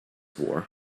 war